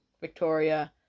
Victoria